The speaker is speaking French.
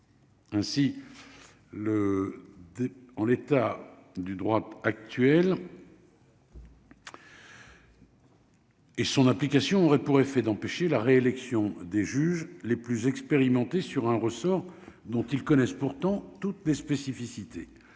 Ainsi, le D en l'état du droit actuel. Et son application aurait pour effet d'empêcher la réélection des juges les plus expérimentées sur un ressort dont ils connaissent pourtant toutes les spécificités